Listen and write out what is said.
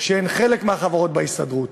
שהן חלק מהחברות בהסתדרות.